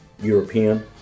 European